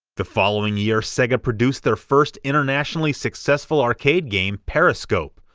the following year, sega produced their first internationally-successful arcade game, periscope,